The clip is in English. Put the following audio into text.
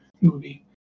movie